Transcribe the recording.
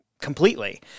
completely